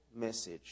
message